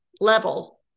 level